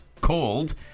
called